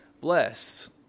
bless